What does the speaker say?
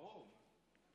ברור.